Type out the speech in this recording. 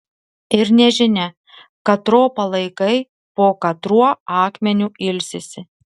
ir nežinia katro palaikai po katruo akmeniu ilsisi